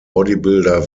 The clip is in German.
bodybuilder